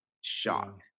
shock